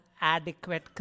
adequate